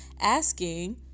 asking